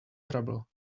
trouble